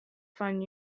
find